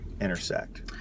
intersect